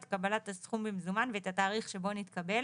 קבלת הסכום במזומן ואת התאריך שבו נתקבל